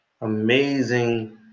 amazing